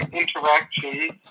interactions